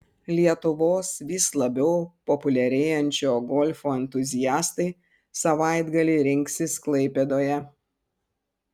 lietuvos vis labiau populiarėjančio golfo entuziastai savaitgalį rinksis klaipėdoje